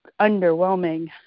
underwhelming